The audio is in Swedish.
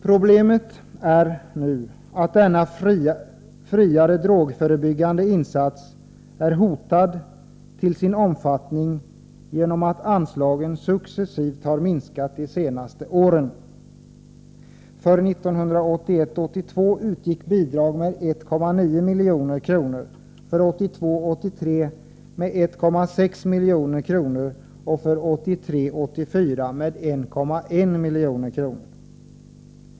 Problemet är att denna så att säga friare drogförebyggande insats är hotad till sin omfattning genom att anslagen under de senaste åren successivt minskats. För budgetåret 1981 83 med 1,6 milj.kr. och för budgetåret 1983/84 med 1,1 milj.kr.